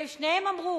שניהם אמרו